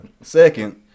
second